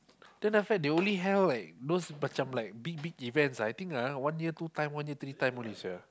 then after that they only held like those macam like big big events I think ah one year two time one year three time only sia